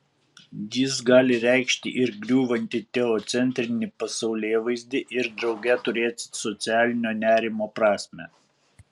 jis gali reikšti ir griūvantį teocentrinį pasaulėvaizdį ir drauge turėti socialinio nerimo prasmę